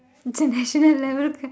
it's national level